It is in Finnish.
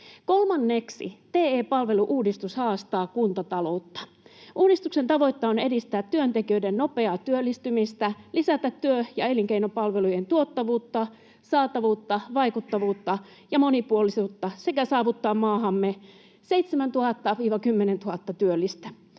Kolmanneksi TE-palvelu-uudistus haastaa kuntataloutta. Uudistuksen tavoite on edistää työntekijöiden nopeaa työllistymistä, lisätä työ- ja elinkeinopalvelujen tuottavuutta, saatavuutta, vaikuttavuutta ja monipuolisuutta sekä saavuttaa maahamme 7 000—10 000 työllistä.